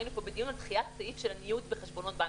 היינו פה בדיון על דחיית סעיף של הניוד בחשבונות בנק,